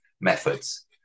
methods